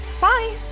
Bye